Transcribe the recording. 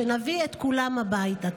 שנביא את כולם הביתה.